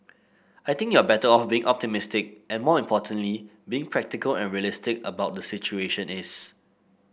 I think you're better off being optimistic and more importantly being practical and realistic about the situation is